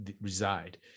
reside